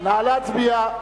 נא להצביע.